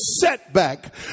setback